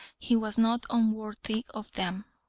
he was not unworthy of them.